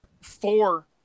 four